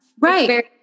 right